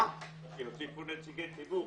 שיוסיפו נציגי ציבור.